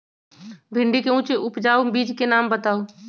भिंडी के उच्च उपजाऊ बीज के नाम बताऊ?